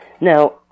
Now